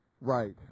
Right